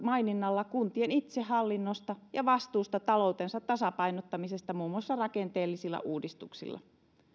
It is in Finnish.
maininnalla kuntien itsehallinnosta ja vastuusta taloutensa tasapainottamisesta muun muassa rakenteellisilla uudistuksilla